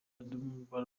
alubumu